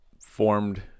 formed